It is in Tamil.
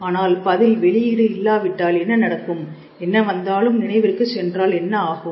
ஆனால் பதில் வெளியீடு இல்லாவிட்டால் என்ன நடக்கும் என்ன வந்தாலும் நினைவிற்கு சென்றால் என்ன ஆகும்